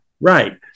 Right